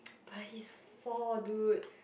but he's four dude